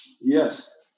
Yes